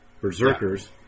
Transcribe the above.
Berserkers